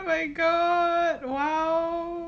oh my god !wow!